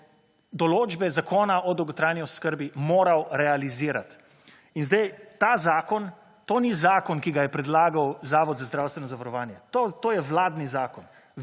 določbe Zakona o dolgotrajni oskrbi moral realizirat. In zdaj, ta zakon, to ni zakon, ki ga je predlagal Zavod za zdravstveno zavarovanje, to je vladni zakon.